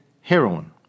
heroin